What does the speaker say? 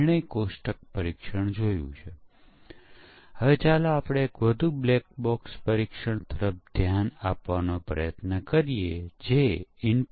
તેથી આને coverage base પરીક્ષણ કહેવામાં આવે છે જ્યાં આપણે લક્ષ્યાંક એલિમેંટ્સને આવરી લેવામાં આવે છે તેની ખાતરી કરવાનો પ્રયાસ કરીએ છીએ